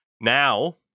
Now